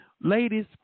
Ladies